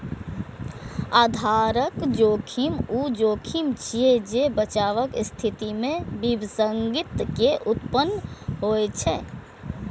आधार जोखिम ऊ जोखिम छियै, जे बचावक स्थिति मे विसंगति के उत्पन्न होइ छै